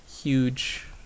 huge